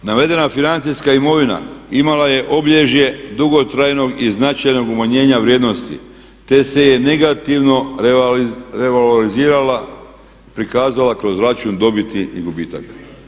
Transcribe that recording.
Navedena financijska imala je obilježje dugotrajnog i značajnog umanjenja vrijednosti te se je negativno revalorizirala, prikazala kroz račun dobiti i gubitaka.